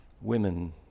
women